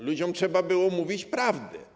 Ludziom trzeba było mówić prawdę.